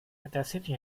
intercity